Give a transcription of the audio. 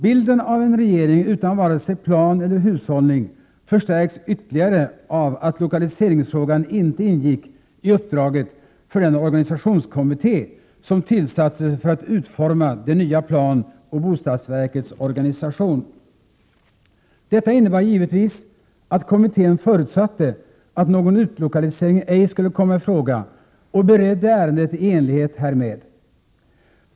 Bilden av en regering utan vare sig plan eller hushållning förstärks ytterligare av att lokaliseringsfrågan inte ingick i uppdraget för den organisationskommitté som tillsattes för att utforma det nya planoch bostadsverkets organisation. Detta innebar givetvis att kommittén förutsatte att någon utlokalisering ej skulle komma i fråga och beredde ärendet i enlighet härmed.